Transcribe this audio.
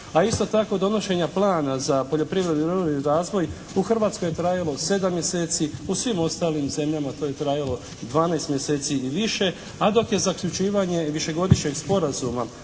A isto tako donošenja plana za poljoprivredu i ruralni razvoj u Hrvatskoj je trajalo 7 mjeseci, u svim ostalim zemljama to je trajalo 12 mjeseci i više. A dok je zaključivanje višegodišnjeg Sporazuma